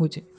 हुजे